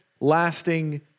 lasting